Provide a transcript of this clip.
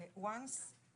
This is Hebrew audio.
הנושא